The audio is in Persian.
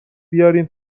بیارین